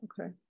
okay